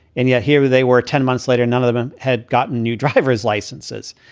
and yet here they were ten months later, none of them had gotten new driver's licenses.